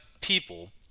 people